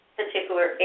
particular